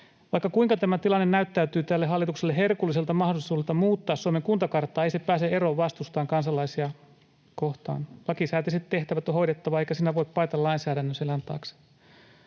Vaikka kuinka tämä tilanne näyttäytyy tälle hallitukselle herkulliselta mahdollisuudelta muuttaa Suomen kuntakarttaa, ei se pääse eroon vastuustaan kansalaisia kohtaan. Lakisääteiset tehtävät on hoidettava, eikä siinä voi paeta lainsäädännön selän taakse.